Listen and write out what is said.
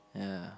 ya